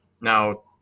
Now